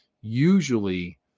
usually